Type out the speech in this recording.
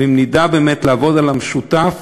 ואם נדע באמת לעבוד על המשותף